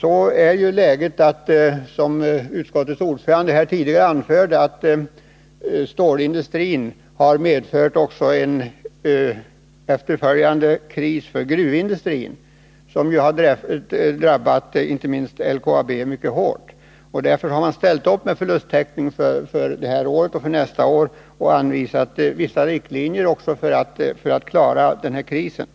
läget är ju det, som utskottets ordförande framhållit, att stålindustrins kris även har medfört en kris för gruvindustrin. Detta har drabbat inte minst LKAB mycket hårt. Av det skälet har man anslagit medel för förlusttäckning detta år och nästa. Vissa riktlinjer har också dragits upp för att man skall kunna klara krisen.